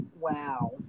Wow